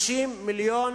50 מיליון